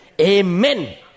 Amen